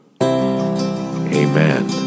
Amen